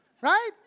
Right